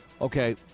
Okay